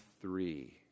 three